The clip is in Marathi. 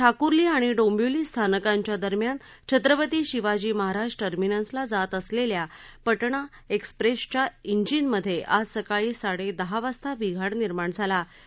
ठाकूर्ली आणि डोंबिवली स्थानकांच्या दरम्यान छत्रपती शिवाजी महाराज टर्मिनसला जात असलेल्या पटना एक्सप्रेसच्या ाजिनमध्ये आज सकाळी साडे दहा वाजता बिघाड निर्माण झाला होता